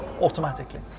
automatically